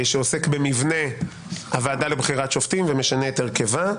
שעוסק במבנה הוועדה לבחירת שופטים ומשנה את הרכבה.